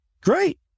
great